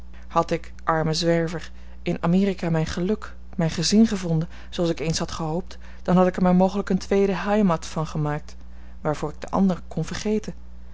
had ik arme zwerver in amerika mijn geluk mijn gezin gevonden zooals ik eens had gehoopt dan had ik er mij mogelijk een tweede heimath van gemaakt waarvoor ik de ander kon vergeten